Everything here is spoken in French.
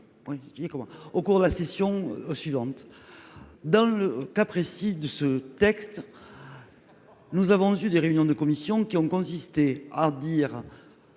au cours de la session aussi lente. Dans le cas précis de ce texte. Nous avons eu des réunions de commissions qui ont consisté à dire.